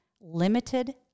limited